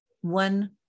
one